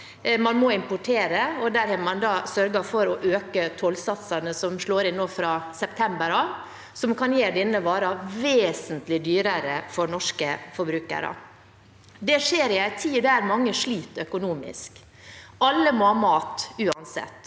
Man må importere, og der har man da sørget for å øke tollsatsene, noe som slår inn fra september av, og som kan gjøre denne varen vesentlig dyrere for norske forbrukere. Dette skjer i en tid da mange sliter økonomisk. Alle må ha mat uansett.